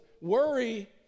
worry